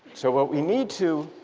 so what we need to